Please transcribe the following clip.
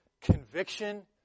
conviction